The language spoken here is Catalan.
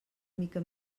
mica